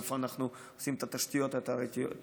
איפה אנחנו עושים את התשתיות התיירותיות,